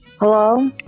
Hello